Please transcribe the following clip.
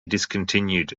discontinued